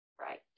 Right